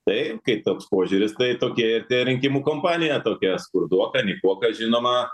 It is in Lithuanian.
tai kai toks požiūris tai tokia ir tie rinkimų kompanija tokia skurdoka nei buvo kas žinoma